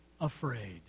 afraid